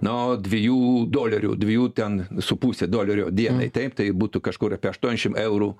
nuo dviejų dolerių dviejų ten su puse dolerio dienai taip tai būtų kažkur apie aštuonesdiašim eurų